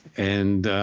and